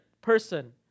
person